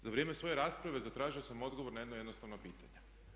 Za vrijeme svoje rasprave zatražio sam odgovor na jedno jednostavno pitanje.